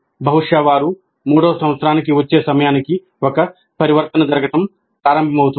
బహుశా వారు మూడవ సంవత్సరానికి వచ్చే సమయానికి ఒక పరివర్తన జరగడం ప్రారంభమవుతుంది